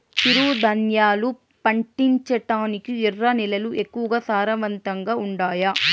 చిరుధాన్యాలు పండించటానికి ఎర్ర నేలలు ఎక్కువగా సారవంతంగా ఉండాయా